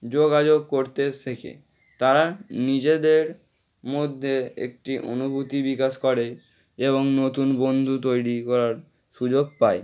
যোগাযোগ করতে শেখে তারা নিজেদের মধ্যে একটি অনুভূতি বিকাশ করে এবং নতুন বন্ধু তৈরি করার সুযোগ পায়